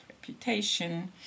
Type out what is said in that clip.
reputation